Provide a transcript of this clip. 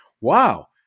Wow